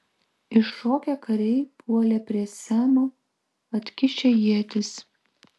iššokę kariai puolė prie semo atkišę ietis